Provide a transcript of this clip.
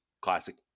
Classic